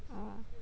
orh